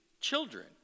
children